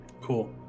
Cool